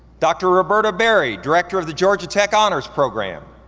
dr. roberta berry, director of the georgia tech honors program.